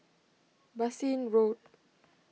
Bassein Road